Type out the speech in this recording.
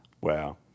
Wow